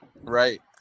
right